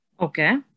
Okay